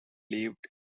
lived